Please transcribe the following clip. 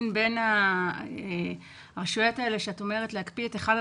בין הרשויות האלה שהיא מבקשת להקפיא שם,